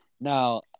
Now